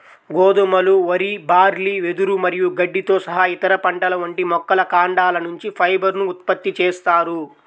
గోధుమలు, వరి, బార్లీ, వెదురు మరియు గడ్డితో సహా ఇతర పంటల వంటి మొక్కల కాండాల నుంచి ఫైబర్ ను ఉత్పత్తి చేస్తారు